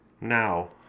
Now